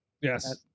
Yes